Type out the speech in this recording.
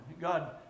God